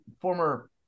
former